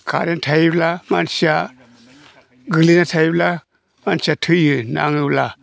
current थायोब्ला मानसिया गोग्लैना थायोब्ला मानसिया थैयो नाङोब्ला